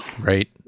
Right